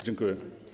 Dziękuję.